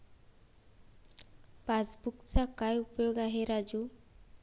पासबुकचा काय उपयोग आहे राजू?